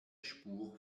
spur